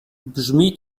brzmi